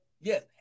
Yes